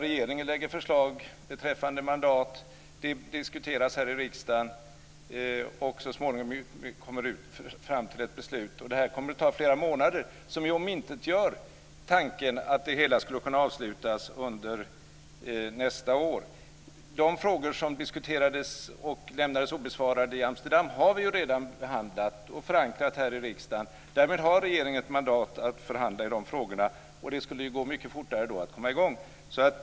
Regeringen lägger fram förslag beträffande mandat, det diskuteras här i riksdag och man kommer så småningom fram till ett beslut. Det kommer att ta flera månader. Det omintetgör tanken att det hela skulle kunna avslutats under nästa år. De frågor som diskuterades och lämnades obesvarade i Amsterdam har vi redan behandlat och förankrat här i riksdagen. Därmed har regeringen ett mandat att förhandla i de frågorna. Det skulle då gå mycket fortare att komma i gång.